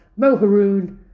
Moharoon